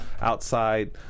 outside